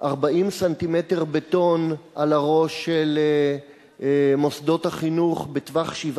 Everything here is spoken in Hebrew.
40 ס"מ בטון על הראש של מוסדות החינוך בטווח 7